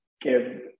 give